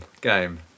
game